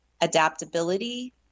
Adaptability